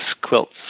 quilts